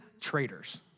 traitors